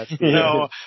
No